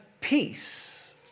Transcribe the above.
peace